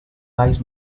baix